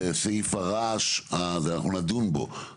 (ד) לבקשת ועדת מים וביוב,